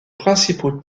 principaux